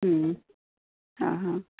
ହୁ ହଁ ହଁ